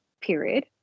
period